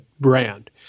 brand